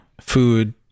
food